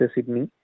Sydney